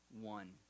one